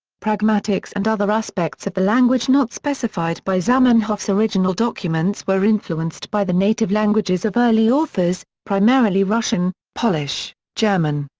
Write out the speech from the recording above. pragmatics and other aspects of the language not specified by zamenhof's original documents were influenced by the native languages of early authors, primarily russian, polish, german,